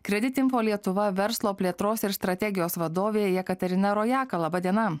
kredit info lietuva verslo plėtros ir strategijos vadovė jekaterina rojaka laba diena